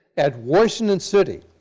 at washington city,